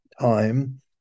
time